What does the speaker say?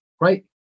Right